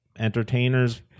entertainers